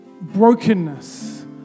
brokenness